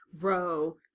row